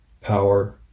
power